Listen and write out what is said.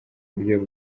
buryo